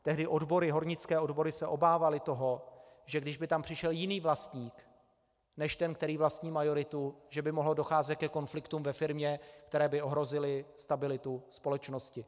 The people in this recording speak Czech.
Tehdy se hornické odbory obávaly toho, kdyby tam přišel jiný vlastník než ten, který vlastní majoritu, že by mohlo docházet ke konfliktům ve firmě, které by ohrozily stabilitu společnosti.